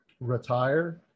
retire